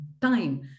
time